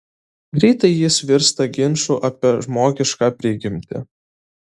greitai jis virsta ginču apie žmogišką prigimtį